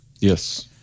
Yes